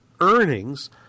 earnings